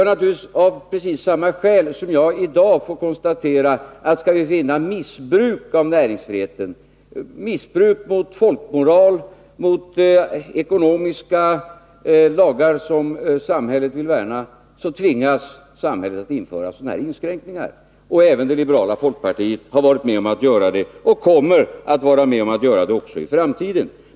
Ja, naturligtvis av precis samma skäl som att jag i dag får konstatera att om vi skall förhindra missbruk av näringsfriheten, missbruk mot folkmoral, missbruk mot ekonomiska lagar som samhället vill värna, tvingas samhället att införa sådana här inskränkningar. Och även det liberala folkpartiet har varit och kommer att vara med om att göra det även i framtiden.